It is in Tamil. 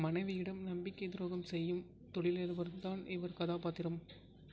மனைவியிடம் நம்பிக்கை துரோகம் செய்யும் தொழிலதிபர் தான் இவர் கதாபாத்திரம்